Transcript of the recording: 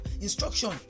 instruction